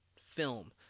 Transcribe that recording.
film